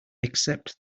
except